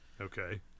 Okay